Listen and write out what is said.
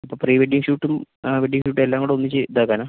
ഇപ്പം pre wedding ഷൂട്ടും ആ വെഡ്ഡിംഗ് ഷൂട്ടും എല്ലാം കൂടെ ഒന്നിച്ച് ഇതാക്കാനാണോ